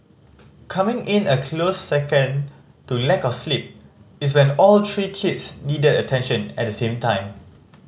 coming in a close second to lack of sleep is when all three kids need attention at the same time